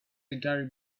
gary